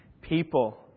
people